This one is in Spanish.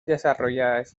desarrolladas